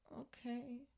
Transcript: Okay